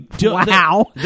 Wow